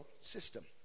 system